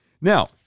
Now